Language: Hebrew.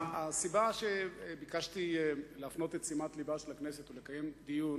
הסיבה שביקשתי להפנות את שימת לבה של הכנסת ולקיים דיון